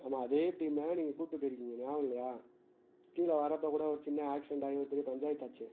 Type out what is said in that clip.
ஆமாம் அதே டீமை நீங்கள் கூப்பிட்டு போயிருக்கீங்க ஞாபகம் இல்லையா கீழே வர்றப்போ கூட ஒரு சின்ன ஆக்சிடெண்ட் ஆகி ஒரு பெரிய பஞ்சாயத்து ஆச்சே